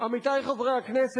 עמיתי חברי הכנסת,